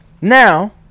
Now